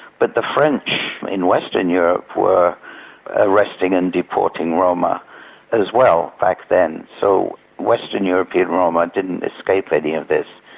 but the french in western europe were arresting and deporting roma as well back then. so western european roma didn't escape any of this.